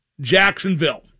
Jacksonville